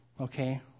Okay